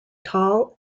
tall